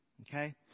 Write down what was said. Okay